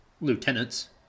lieutenants